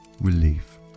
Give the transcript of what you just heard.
relief